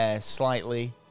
Slightly